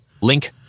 Link